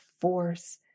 force